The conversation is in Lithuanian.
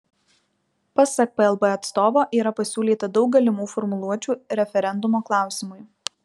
pasak plb atstovo yra pasiūlyta daug galimų formuluočių referendumo klausimui